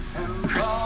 Chris